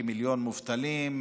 כמיליון מובטלים,